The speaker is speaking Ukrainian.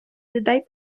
людей